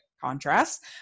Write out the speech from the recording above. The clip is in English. contrast